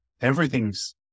everything's